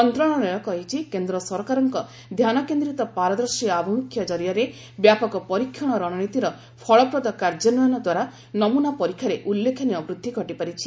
ମନ୍ତ୍ରଣାଳୟ କହିଛି କେନ୍ଦ୍ର ସରକାରଙ୍କ ଧ୍ୟାନକେନ୍ଦ୍ରିତ ପାରଦର୍ଶୀ ଆଭିମୁଖ୍ୟ କରିଆରେ ବ୍ୟାପକ ପରୀକ୍ଷଣ ରଣନୀତିର ଫଳପ୍ରଦ କାର୍ଯ୍ୟାନ୍ୱୟନଦ୍ୱାରା ନମୁନା ପରୀକ୍ଷାରେ ଉଲ୍ଲେଖନୀୟ ବୃଦ୍ଧି ଘଟିପାରିଛି